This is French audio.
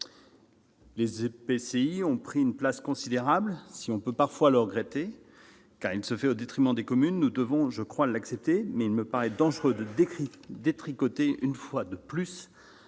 Les EPCI ont pris une place considérable. Si l'on peut parfois le regretter, car cela se fait au détriment des communes, nous devons, me semble-t-il, l'accepter ; il me paraît dangereux de vouloir détricoter une fois de plus